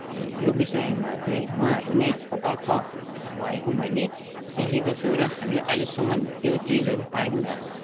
यो विषयमा चाहिँ उहाँहरू नै सतर्क भएको मैले देखेको छु र हामीले अहिलेसम्म त्यो चिजहरू पाई पनि रहेको छौँ